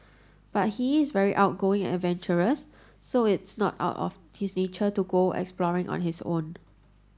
but he's very outgoing and adventurous so it's not out of his nature to go exploring on his own